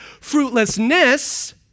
fruitlessness